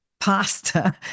pasta